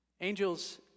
Angels